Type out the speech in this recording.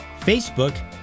Facebook